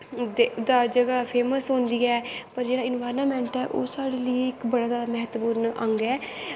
जगा फेमस होंदी ऐ पर जेह्ड़ा इनवाईरनमैंट ऐ ओह् साढ़े लेई इक बड़ा जादा मैहत्वपूर्ण अंग ऐ